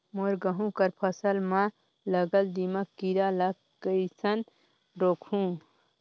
मोर गहूं कर फसल म लगल दीमक कीरा ला कइसन रोकहू?